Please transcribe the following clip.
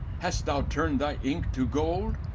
hast thou turned thy ink to gold?